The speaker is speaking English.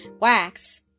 wax